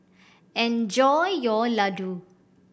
enjoy your Ladoo